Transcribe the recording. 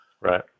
Right